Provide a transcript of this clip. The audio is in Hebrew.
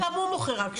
גם הוא מוכר רק כשרים.